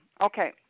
Okay